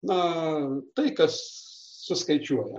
na tai kas suskaičiuojama